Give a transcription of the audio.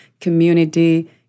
community